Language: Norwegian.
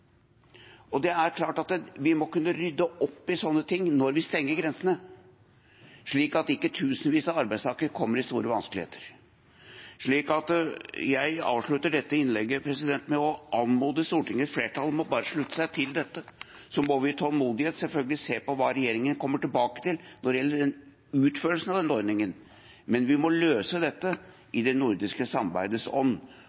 Vi må kunne rydde opp i sånne ting når vi stenger grensene, slik at ikke tusenvis av arbeidstakere kommer i store vanskeligheter. Jeg avslutter dette innlegget med å anmode Stortingets flertall om bare å slutte seg til dette. Vi må selvfølgelig ha tålmodighet og se hva regjeringen kommer tilbake til når det gjelder utførelsen av denne ordningen, men vi må løse dette